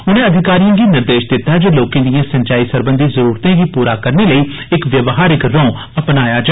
उनें अधिकारिएं गी निर्देश दित्ता जे लोकें दिए सिंचाई सरबंघी जरूरतें गी पूरा करने लेई इक व्यवहारिक रों अपनाया जा